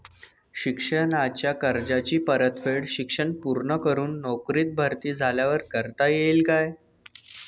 शिक्षणाच्या कर्जाची परतफेड शिक्षण पूर्ण करून नोकरीत भरती झाल्यावर करता येईल काय?